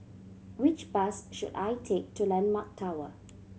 which bus should I take to Landmark Tower